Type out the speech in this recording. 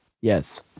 Yes